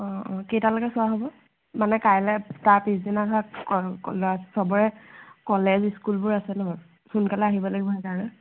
অ অ কেইটালৈকে চোৱা হ'ব মানে কাইলৈ তাৰ পিছদিনা ধৰা সবৰে কলেজ স্কুলবোৰ আছে নহয় সোনকালে আহিব লাগিব সেইকাৰণে